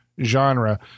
Genre